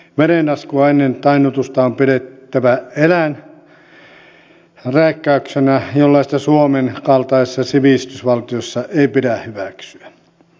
verenlaskua ennen tainnutusta on pidettävä eläinrääkkäyksenä jollaista suomen kaltaisessa sivistysvaltiossa ei pidä hyväksyä